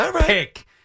pick